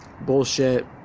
bullshit